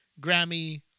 Grammy